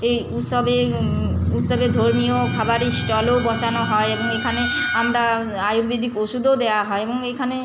এই উৎসবে উৎসবে ধর্মীয় খাবারের স্টলও বসানো হয় এবং এখানে আমরা আয়ুর্বেদিক ওষুধও দেওয়া হয় এবং এইখানে